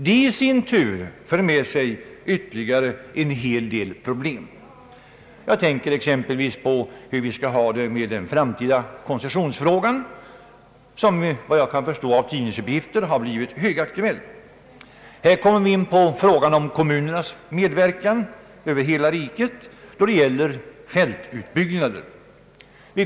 Detta i sin tur för med sig ytterligare problem. Jag tänker exempelvis på hur den framtida koncessionsfrågan skall lösas. Den har av tidningsuppgifter att döma blivit högaktuell. Vidare kommer in i bilden frågan om kommunernas medverkan i hela landet vid fältutbyggnader.